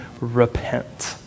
repent